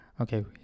Okay